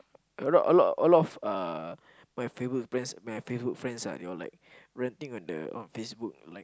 a lot a lot a lot of uh my Facebook friend my Facebook friends ah they were like ranting on the on Facebook like